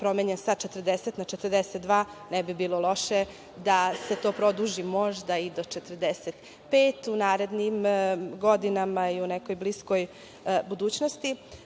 promenjen sa 40 na 42, ne bi bilo loše da se to produži možda i do 45 u narednim godinama i u nekoj bliskoj budućnosti. Volela